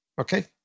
okay